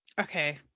Okay